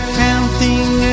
counting